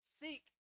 Seek